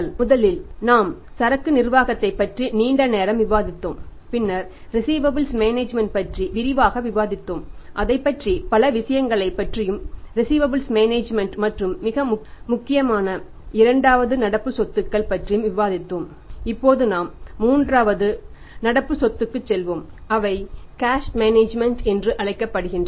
முதலில் நாங்கள் சரக்கு நிர்வாகத்தைப் பற்றி நீண்ட நேரம் விவாதித்தோம் பின்னர் ரிஸீவபல்ஸ் மேனேஜ்மென்ட் என்று அழைக்கப்படுகின்றன